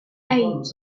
eight